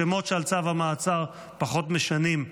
השמות שעל צו המעצר פחות משנים,